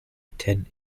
ten